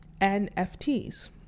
NFTs